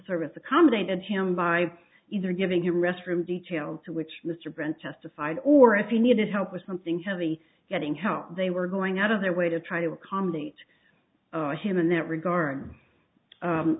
service accommodated him by either giving him restroom details to which mr brant testified or if he needed help with something heavy getting help they were going out of their way to try to accommodate him in that regard